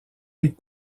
des